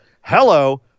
Hello